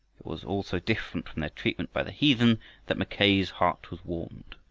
it was all so different from their treatment by the heathen that mackay's heart was warmed.